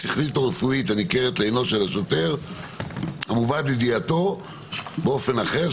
שכלית או רפואית הניכרת לעינו של השוטר או המובאת לידיעתו באופן אחר,